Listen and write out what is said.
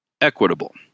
equitable